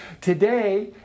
today